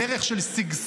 הדרך של שגשוג,